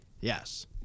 yes